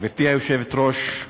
גברתי היושבת-ראש,